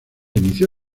inició